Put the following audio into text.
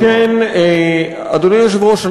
אדוני היושב-ראש,